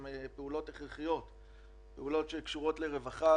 אלה פעולות שקשורות לרווחה,